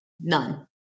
None